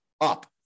up